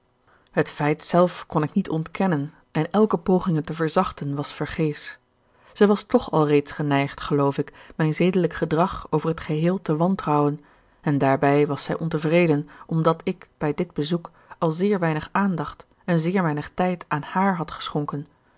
het feit zelf kon ik niet ontkennen en elke poging het te verzachten was vergeefsch zij was toch al reeds geneigd geloof ik mijn zedelijk gedrag over t geheel te wantrouwen en daarbij was zij ontevreden omdat ik bij dit bezoek al zeer weinig aandacht en zeer weinig tijd aan hààr had geschonken